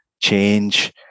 change